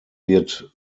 wird